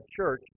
church